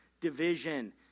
division